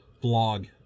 blog